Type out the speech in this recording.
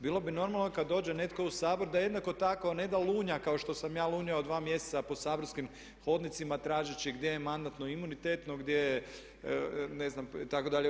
Bilo bi normalno kad dođe netko u Sabor da jednako tako ne da lunja kao što sam ja lunjao 2 mjeseca po saborskim hodnicima tražeći gdje je Mandatno-imunitetno, gdje je ne znam itd.